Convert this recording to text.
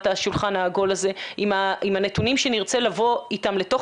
השולחן העגול הזה עם הנתונים שנרצה לבוא איתם לתוך